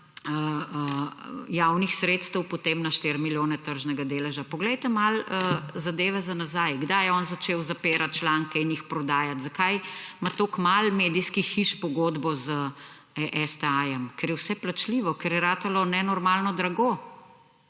javnih sredstev potem na 4 milijone tržnega deleža. Poglejte malo zadeve za nazaj. kdaj je on začel zapirati članke in jih prodajati, zakaj ima toliko malo medijskih hiš pogodbo z STA-jem? Ker je vse plačljivo, ker je ratalo nenormalno drago.